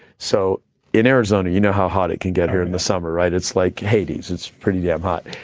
so in arizona, you know how hot it can get here in the summer, right? it's like hades, it's pretty damn hot.